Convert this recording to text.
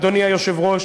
אדוני היושב-ראש,